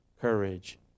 courage